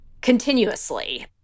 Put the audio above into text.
continuously